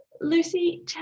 Lucy